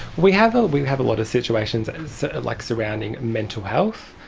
we have ah we have a lot of situations and so like surrounding mental health,